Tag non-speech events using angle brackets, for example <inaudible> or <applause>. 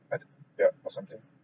<noise> yeah or something